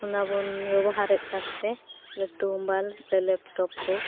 ᱚᱱᱟᱵᱚᱱ ᱵᱮᱵᱚᱦᱟᱨᱮᱫ ᱠᱟᱱᱛᱮ ᱞᱟᱹᱴᱩ ᱢᱳᱵᱟᱭᱤᱞ ᱥᱮ ᱞᱮᱯᱴᱚᱯ ᱠᱚ